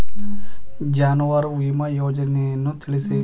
ಜಾನುವಾರು ವಿಮಾ ಯೋಜನೆಯನ್ನು ತಿಳಿಸಿ?